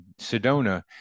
Sedona